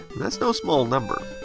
that's no small number.